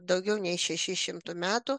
daugiau nei šešis šimtų metų